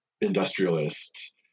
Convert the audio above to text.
industrialist